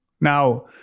Now